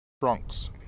trunks